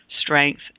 strength